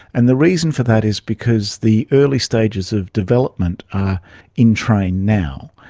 and the reason for that is because the early stages of development are in train now.